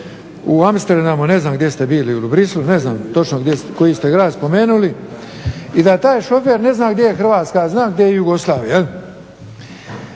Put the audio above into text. u Amsterdamu, ne znam gdje ste bili, u Bruxellesu, ne znam točno koji ste grad spomenuli i da taj šofer ne zna gdje je Hrvatska, a zna gdje je Jugoslavija.